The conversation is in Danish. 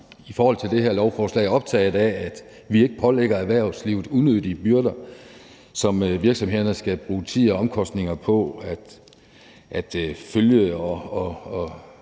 i forhold til det her lovforslag optaget af, at vi ikke pålægger erhvervslivet unødige byrder, som virksomhederne skal bruge tid og omkostninger på at følge og